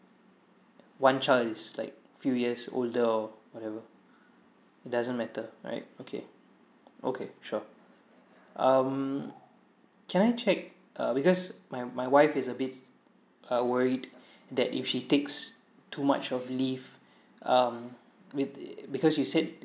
one child is like few years older or whatever it doesn't matter right okay okay sure um can I check uh because my my wife is a bit s~ uh worried that if she takes too much of leave um with the because you said